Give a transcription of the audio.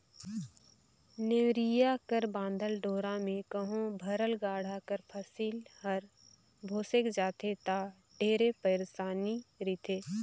नेवरिया कर बाधल डोरा मे कहो भरल गाड़ा कर फसिल हर भोसेक जाथे ता ढेरे पइरसानी रिथे